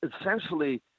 essentially